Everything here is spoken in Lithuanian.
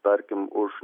tarkim už